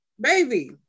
baby